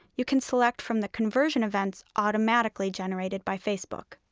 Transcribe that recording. you can select from the conversion events automatically generated by facebook.